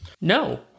no